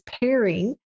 pairing